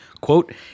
Quote